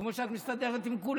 כמו שאת מסתדרת עם כולם.